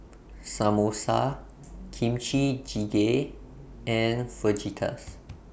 Samosa Kimchi Jigae and Fajitas